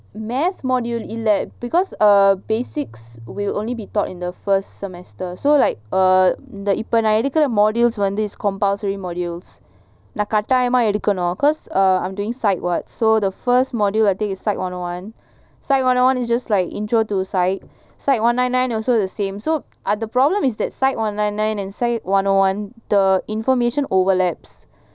math module இல்ல:illa because err basics will only be taught in the first semester so like err the இப்போநான்எடுக்குறவந்து:ipo nan edukura vandhu modules is compulsory modules நான்கட்டாயமாஎடுக்கணும்:nan kattayama edukanum cause err I'm doing psych [what] so the first module I'm doing is psych one O one psych one O one is just like intro to psych psych one nine nine also the same so அது:adhu the problem is that psych one nine nine and psych one O one the information overlaps